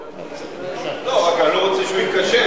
לא, רק אני לא רוצה שהוא ייכשל.